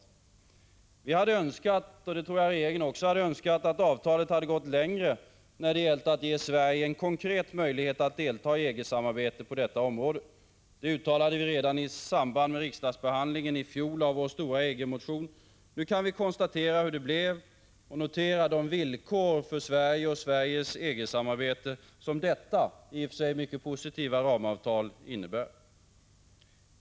Vi moderater hade önskat — och jag tror att också regeringen hade önskat det — att avtalet gått längre när det gällt att ge Sverige konkreta möjligheter att delta i EG-samarbetet på detta område. Det uttalade vi redan i samband med riksdagsbehandlingen i fjol av vår stora EG-motion. Vi kan nu konstatera hur det blir och notera de villkor för Sverige och Sveriges EG-samarbete som detta i och för sig mycket positiva ramavtal innebär.